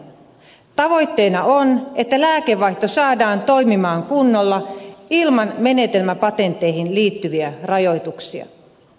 tavoitteena on että lääkevaihto saadaan toimimaan kunnolla ilman menetelmäpatentteihin liittyviä rajoituksia